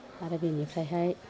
आरो बेनिफ्रायहाय